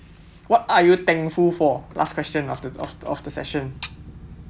what are you thankful for last question of the of of the session